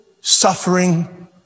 suffering